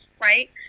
right